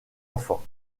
enfants